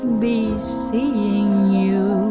be seeing you